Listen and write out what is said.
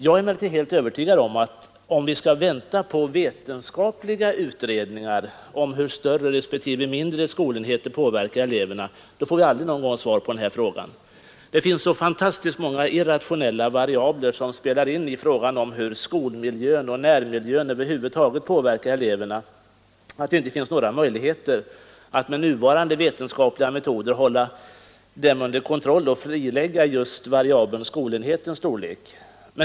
Jag är emellertid övertygad om att vi, om vi skall vänta på vetenskapliga utredningar om hur större respektive mindre skolenheter påverkar eleverna, aldrig får något svar på den här frågan. Det är så fantastiskt många irrationella variabler som spelar in när det gäller hur skolmiljön och närmiljön över huvud taget påverkar eleverna att det inte finns några möjligheter att med nuvarande vetenskapliga metoder hålla dem under kontroll och frilägga just variabeln ”skolenhetens storlek”.